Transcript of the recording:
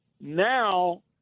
Now